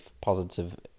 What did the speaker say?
positive